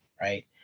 right